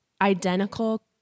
identical